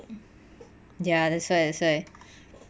ya that's why that's why